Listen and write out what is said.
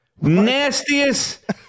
nastiest